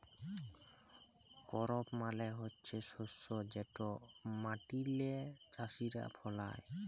করপ মালে হছে শস্য যেট মাটিল্লে চাষীরা ফলায়